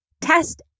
test